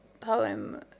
poem